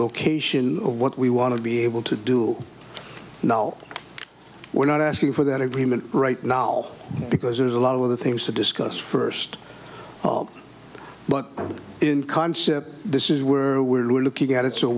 location of what we want to be able to do no we're not asking for that agreement right now because there's a lot of other things to discuss first but in concept this is where we're looking at it s